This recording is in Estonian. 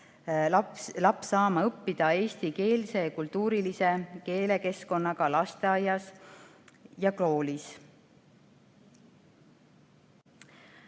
laps saama õppida eestikeelse ja kultuurilise keelekeskkonnaga lasteaias ja koolis?"